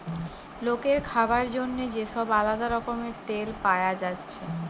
লোকের খাবার জন্যে যে সব আলদা রকমের তেল পায়া যাচ্ছে